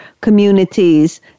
communities